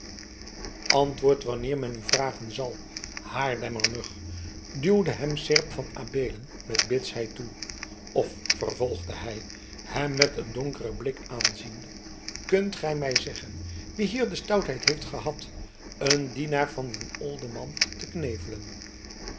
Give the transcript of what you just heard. antwoord wanneer men u vragen zal haarlemmer mug duwde hem seerp van adeelen met bitsheid toe of vervolgde hij hem met een donkeren blik aanziende kunt gij mij zeggen wie hier de stoutheid heeft gehad een dienaar van den olderman te knevelen